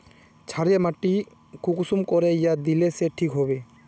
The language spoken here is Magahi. क्षारीय माटी कुंसम करे या दिले से ठीक हैबे?